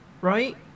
right